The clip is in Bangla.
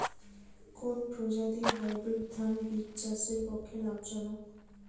কোন প্রজাতীর হাইব্রিড ধান বীজ চাষের পক্ষে লাভজনক?